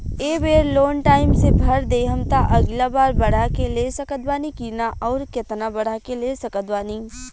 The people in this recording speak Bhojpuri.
ए बेर लोन टाइम से भर देहम त अगिला बार बढ़ा के ले सकत बानी की न आउर केतना बढ़ा के ले सकत बानी?